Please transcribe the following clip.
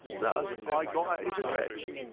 thus i got at his address.